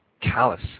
callous